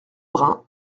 brun